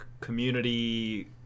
community